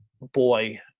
boy